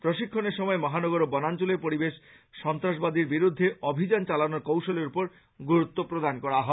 প্রশিক্ষনের সময় মহানগর ও বনাঞ্চলের পরিবেশ সন্ত্রাসবাদীর বিরুদ্ধে অভিযান চালানোর কৌশলের ওপর গুরুত্ব প্রদান করা হয়